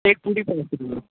एक पूरी पाँच रुपये में